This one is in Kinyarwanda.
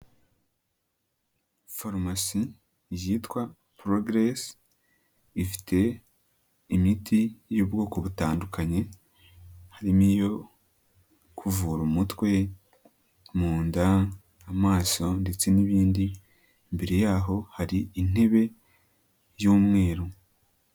Farumasi yitwa progress, ifite imiti y'ubwoko butandukanye harimo iyo kuvura umutwe, mu nda, amaso ndetse n'ibindi, imbere y'aho hari intebe y'umweru.